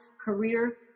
career